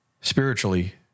spiritually